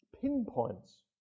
pinpoints